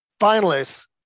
finalists